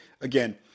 again